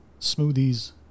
smoothies